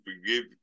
forgive